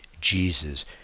Jesus